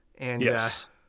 Yes